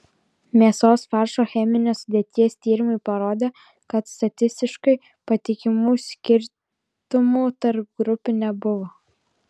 mėsos faršo cheminės sudėties tyrimai parodė kad statistiškai patikimų skirtumų tarp grupių nebuvo